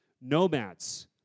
Nomads